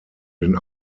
den